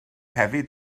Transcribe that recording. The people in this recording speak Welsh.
hefyd